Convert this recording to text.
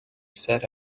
said